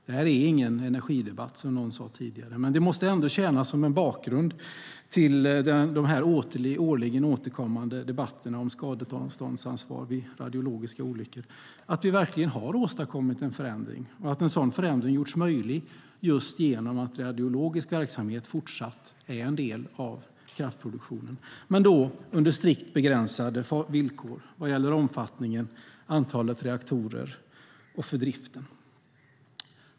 Det här är ingen energidebatt, som någon sade tidigare, men det måste ändå tjäna som en bakgrund till de årligen återkommande debatterna om skadeståndsansvar vid radiologiska olyckor. Vi har verkligen åstadkommit en förändring. En sådan förändring har gjorts möjlig just genom att radiologisk verksamhet fortsatt är en del av kraftproduktionen, men då under strikt begränsande villkor vad gäller omfattningen, antalet reaktorer och driften.